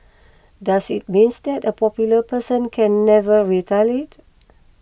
does it means that a popular person can never retaliate